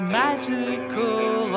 magical